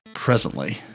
Presently